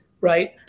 right